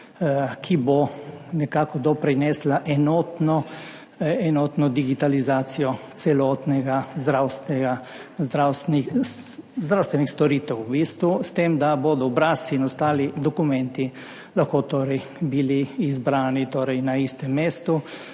ki bo prinesla enotno digitalizacijo celotnih zdravstvenih storitev, s tem, da bodo obrazci in ostali dokumenti lahko zbrani na istem mestu,